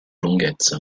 lunghezza